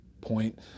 point